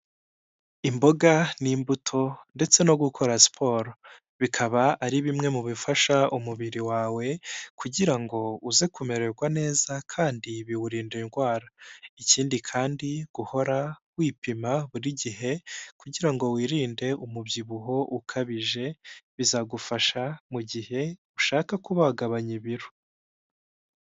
Imboga n'imbuto ndetse no gukora siporo bikaba ari bimwe mu bifasha umubiri wawe kugira ngo uze kumererwa neza kandi biwurinda indwara ikindi kandi guhora wipima buri gihe kugira ngo wirinde umubyibuho ukabije bizagufasha mu gihe ushaka kuba wagabanya ibiro.